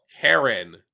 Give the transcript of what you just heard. Karen